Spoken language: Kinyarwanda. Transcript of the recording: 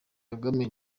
kagame